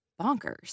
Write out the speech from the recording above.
bonkers